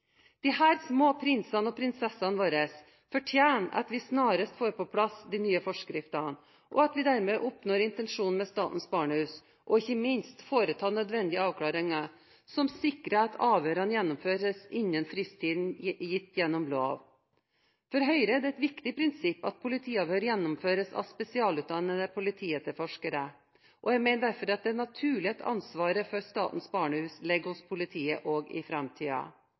de nye forskriftene, og at vi dermed oppnår intensjonen med Statens Barnehus – og ikke minst foretar nødvendige avklaringer som sikrer at avhørene gjennomføres innenfor fristtiden gitt gjennom lov. For Høyre er det et viktig prinsipp at politiavhør gjennomføres av spesialutdannede politietterforskere, og jeg mener derfor det er naturlig at ansvaret for Statens Barnehus ligger hos politiet også i framtiden. Jeg ser fram til at saken kommer til behandling i Stortinget, og